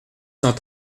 cent